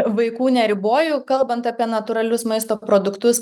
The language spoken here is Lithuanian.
vaikų neriboju kalbant apie natūralius maisto produktus